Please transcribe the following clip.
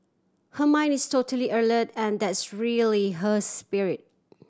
her mind is totally alert and that's really her spirit